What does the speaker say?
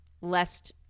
Lest